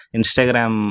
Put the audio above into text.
Instagram